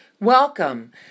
Welcome